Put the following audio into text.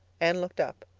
anne looked up.